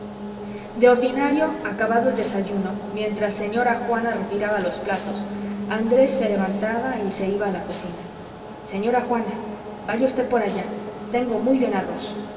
de ordinario acabado el desayuno mientras señora juana retiraba los platos andrés se levantaba y se iba a la cocina señora juana vaya usted por allá tengo muy buen arroz